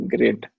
Great